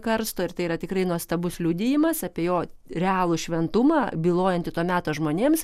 karsto ir tai yra tikrai nuostabus liudijimas apie jo realų šventumą bylojantį to meto žmonėms